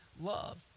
love